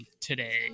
today